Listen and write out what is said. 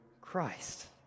Christ